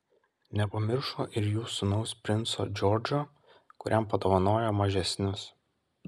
nepamiršo ir jų sūnaus princo džordžo kuriam padovanojo mažesnius